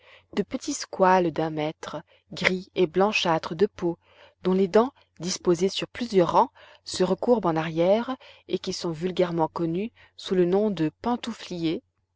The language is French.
de petits squales d'un mètre gris et blanchâtres de peau dont les dents disposées sur plusieurs rangs se recourbent en arrière et qui sont vulgairement connus sous le nom de pantouffliers